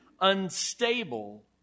unstable